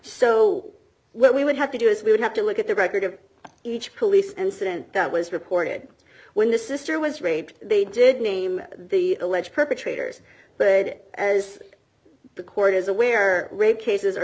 so what we would have to do is we would have to look at the record of each police and student that was reported when the sister was raped they did name the alleged perpetrators but it was the court is aware rape cases are